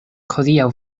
hodiaŭ